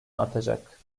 artacak